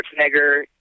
Schwarzenegger